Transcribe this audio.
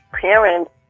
parents